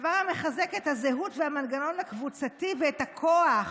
דבר המחזק את הזהות והמנגנון הקבוצתי ואת הכוח